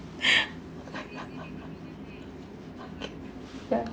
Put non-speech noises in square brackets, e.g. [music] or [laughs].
[laughs] okay ya